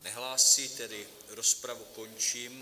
Nehlásí, tedy rozpravu končím.